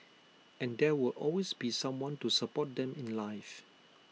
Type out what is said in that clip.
and there will always be someone to support them in life